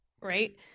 right